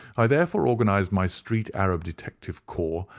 i therefore organized my street arab detective corps,